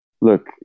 look